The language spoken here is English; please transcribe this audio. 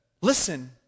Listen